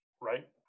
Right